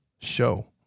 show